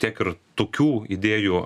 tiek ir tokių idėjų